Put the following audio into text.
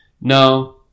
no